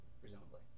presumably